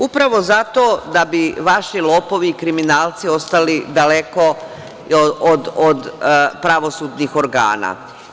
Upravo zato da bi vaši lopovi i kriminalci ostali daleko od pravosudnih organa.